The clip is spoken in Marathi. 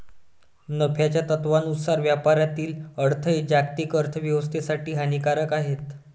नफ्याच्या तत्त्वानुसार व्यापारातील अडथळे जागतिक अर्थ व्यवस्थेसाठी हानिकारक आहेत